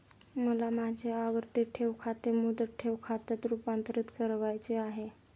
मला माझे आवर्ती ठेव खाते मुदत ठेव खात्यात रुपांतरीत करावयाचे आहे